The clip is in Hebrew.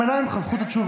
תימנע ממך זכות התשובה.